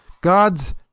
God's